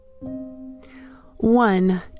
One